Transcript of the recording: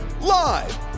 Live